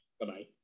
Bye-bye